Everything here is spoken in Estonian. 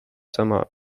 sama